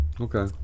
Okay